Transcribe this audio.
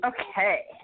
Okay